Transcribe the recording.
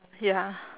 ya